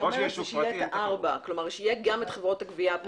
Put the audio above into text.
רוצה שייכנסו גם חברות הגבייה הפרטיות.